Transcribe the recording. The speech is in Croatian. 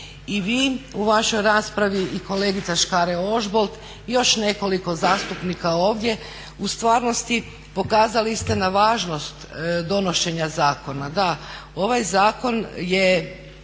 i vi u vašoj raspravi i kolegica Škare-Ožbolt i još nekoliko zastupnika ovdje u stvarnosti pokazali ste na važnost donošenja zakon.